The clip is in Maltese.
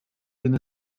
din